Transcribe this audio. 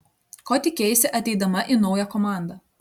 ko tikėjaisi ateidama į naują komandą